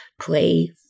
play